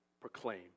proclaim